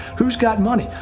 who's got money?